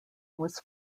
was